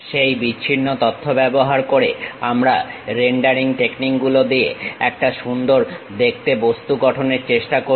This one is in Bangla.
সেই বিচ্ছিন্ন তথ্য ব্যবহার করে আমরা রেন্ডারিং টেকনিক গুলো দিয়ে গিয়ে একটা সুন্দর দেখতে বস্তু গঠনের চেষ্টা করি